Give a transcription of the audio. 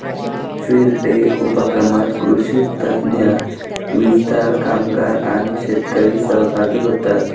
field day उपक्रमात कृषी तज्ञ, विस्तार कामगार आणि शेतकरी सहभागी होतात